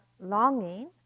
longing